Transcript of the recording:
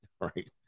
Right